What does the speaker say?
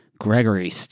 Gregory